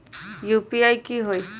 UPI की होई?